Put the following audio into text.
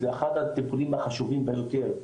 זה אחד הטיפולים החשובים ביותר.